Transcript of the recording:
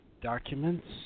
documents